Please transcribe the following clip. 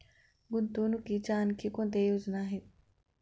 गुंतवणुकीच्या आणखी कोणत्या योजना आहेत?